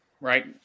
right